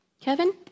Kevin